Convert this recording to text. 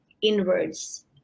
inwards